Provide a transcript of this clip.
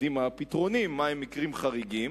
לקדימה הפתרונים מהם מקרים חריגים,